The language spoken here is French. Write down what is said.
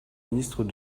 ministre